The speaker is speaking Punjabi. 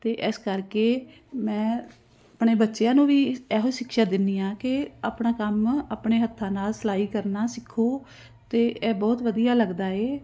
ਅਤੇ ਇਸ ਕਰਕੇ ਮੈਂ ਆਪਣੇ ਬੱਚਿਆਂ ਨੂੰ ਵੀ ਇਹੋ ਸ਼ਿਕਸ਼ਾ ਦਿੰਦੀ ਹਾਂ ਕਿ ਆਪਣਾ ਕੰਮ ਆਪਣੇ ਹੱਥਾਂ ਨਾਲ ਸਿਲਾਈ ਕਰਨਾ ਸਿੱਖੋ ਅਤੇ ਇਹ ਬਹੁਤ ਵਧੀਆ ਲੱਗਦਾ ਹੈ